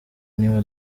niba